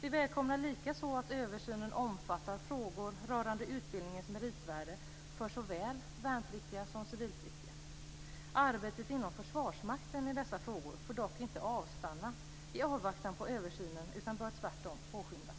Vi välkomnar likaså att översynen omfattar frågor rörande utbildningens meritvärde för såväl värnpliktiga som civilpliktiga. Arbetet inom Försvarsmakten i dessa frågor får dock inte avstanna i avvaktan på översynen. Det bör tvärtom påskyndas.